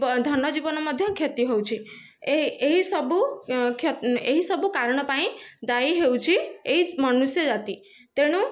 ଧନ ଜୀବନ ମଧ୍ୟ କ୍ଷତି ହେଉଛି ଏହି ସବୁ ଏହି ସବୁ କାରଣ ପାଇଁ ଦାୟୀ ହେଉଛି ଏହି ମନୁଷ୍ୟ ଜାତି ତେଣୁ